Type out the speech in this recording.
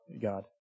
God